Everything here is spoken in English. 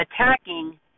attacking